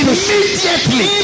Immediately